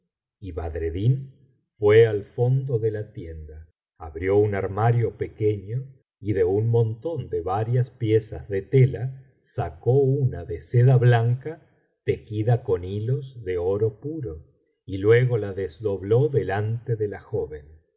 y badreddin fué al fondo de la tienda abrió un armario pequeño y de un montón de varias piezas de tela sacó una de seda blanca tejida con hilos de oro puro y luego la desdobló delante de la joven